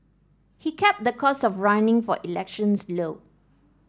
he kept the cost of running for elections low